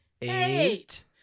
Eight